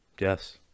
yes